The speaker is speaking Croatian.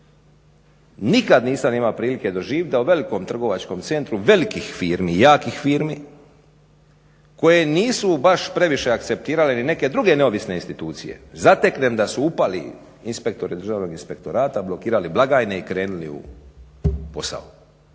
nikad nisam imao prilike doživjeti da u velikom trgovačkom centru velikih firmi, jakih firmi koje nisu baš previše akceptirale ili neke druge neovisne institucije zateknem da su upali inspektori Državnog inspektorata, blokirali blagajne i krenuli u posao.